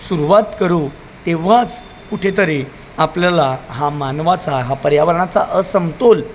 सुरुवात करू तेव्हाच कुठेतरी आपल्याला हा मानवाचा हा पर्यावरणाचा असमतोल